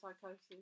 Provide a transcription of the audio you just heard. psychosis